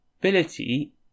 ability